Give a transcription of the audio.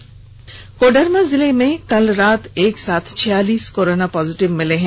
वहीं कोडरमा जिले में कल रात एक साथ छियालीस कोरोना पॉजिटिव मामले मिले है